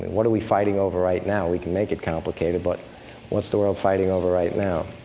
what are we fighting over right now? we can make it complicated, but what's the world fighting over right now?